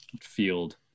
field